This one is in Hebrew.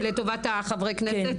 לטובת חברי הכנסת,